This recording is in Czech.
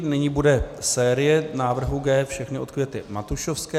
Nyní bude série návrhů G, všechny od Květy Matušovské.